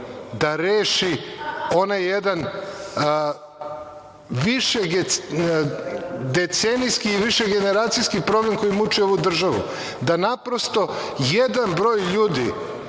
da reši onaj jedan višedecenijski višegeneracijski problem koji muči ovu državu, da naprosto jedan broj ljudi